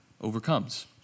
overcomes